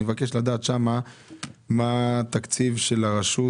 אני מבקש לדעת שמה מה התקציב של הרשות,